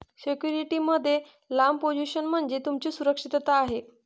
security मध्ये लांब position म्हणजे तुमची सुरक्षितता आहे